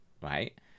Right